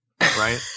right